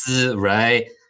right